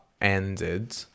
ended